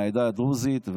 העדה הדרוזית,